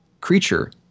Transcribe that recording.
creature